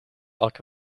elke